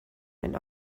and